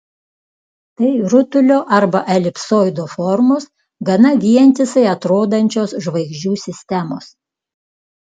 tai rutulio arba elipsoido formos gana vientisai atrodančios žvaigždžių sistemos